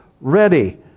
ready